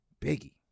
Biggie